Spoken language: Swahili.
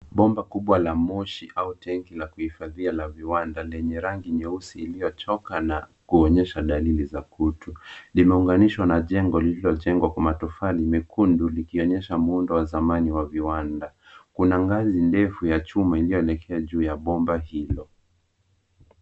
Bomba kubwa la moshi au tengi la kuhifadhia la viwanda lenye rangi nyeusi iliyochoka na kuonyesha dalili za kutu. Limeunganishwa na jengo lililojengwa kwa matofali mekundu, likionyesha muundo wa zamani wa viwanda. Kuna ngazi ndefu ya chuma iliyoenekea juu ya bomba hilo.